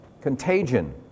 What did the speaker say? contagion